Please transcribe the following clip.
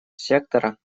сектора